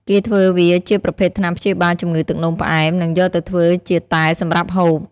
គេធ្វើវាជាប្រភេទថ្នាំព្យាបាលជំងឺទឹកនោមផ្អែម និងយកទៅធ្វើជាតែសម្រាប់ហូប។